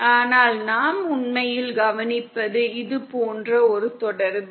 ஆனால் நாம் உண்மையில் கவனிப்பது இது போன்ற ஒரு தொடர்பு